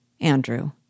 Andrew